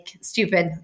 stupid